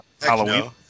Halloween